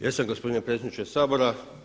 Jesam gospodine predsjedniče Sabora.